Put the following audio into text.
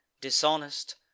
dishonest